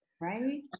Right